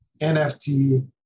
NFT